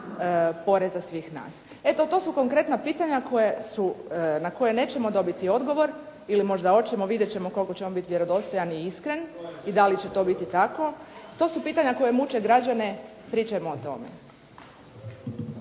poreza svih nas. Eto to su konkretna pitanja na koje nećemo dobiti odgovor, ili možda hoćemo, vidjet ćemo koliko će on biti vjerodostojan i iskren i da li će to biti tako. To su pitanja koja muče građane. Pričajmo o tome.